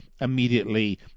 immediately